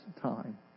time